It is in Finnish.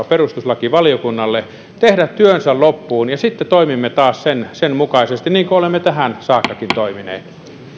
perustuslakivaliokunnalle tehdä työnsä loppuun ja sitten toimimme taas sen sen mukaisesti niin kuin olemme tähän saakkakin toimineet